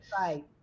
Right